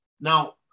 Now